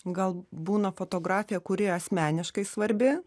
gal būna fotografija kuri asmeniškai svarbi